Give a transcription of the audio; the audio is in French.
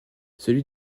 celui